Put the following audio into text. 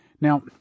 Now